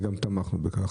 וגם תמכנו בכך.